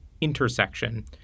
intersection